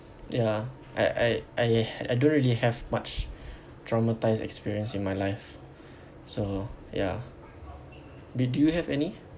ya I I I I don't really have much traumatised experience in my life so ya did do you have any